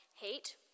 hate